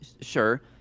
sure